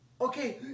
Okay